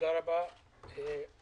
גם הנושא מדבר על תקופת